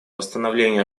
восстановления